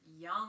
young